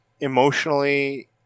emotionally